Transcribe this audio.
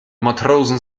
matrosen